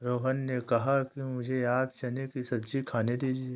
रोहन ने कहा कि मुझें आप चने की सब्जी खाने दीजिए